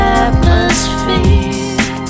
atmosphere